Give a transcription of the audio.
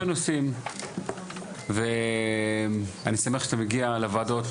נושאים ואני שמח שאתה מגיע לוועדות,